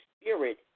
Spirit